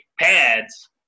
pads